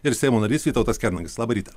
ir seimo narys vytautas kernagis labą rytą